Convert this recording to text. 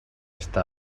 està